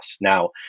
Now